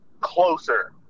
closer